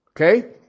okay